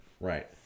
Right